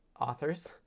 authors